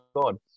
God